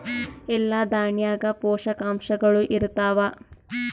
ಎಲ್ಲಾ ದಾಣ್ಯಾಗ ಪೋಷಕಾಂಶಗಳು ಇರತ್ತಾವ?